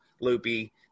loopy